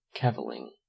cavilling